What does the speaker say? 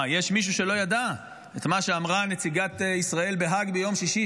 יש מישהו שלא ידע את מה שאמרה נציגת ישראל בהאג ביום שישי,